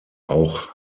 auch